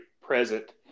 present